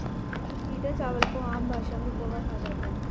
पीटा चावल को आम भाषा में पोहा कहा जाता है